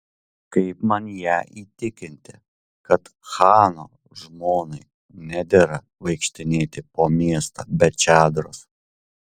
kaip man ją įtikinti kad chano žmonai nedera vaikštinėti po miestą be čadros